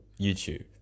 YouTube